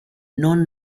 non